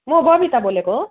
म बबिता बोलेको